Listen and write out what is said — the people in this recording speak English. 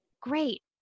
great